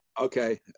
Okay